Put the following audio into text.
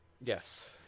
Yes